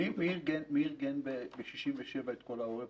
מי ארגן את כל העורף ב-67'?